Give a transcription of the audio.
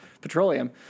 petroleum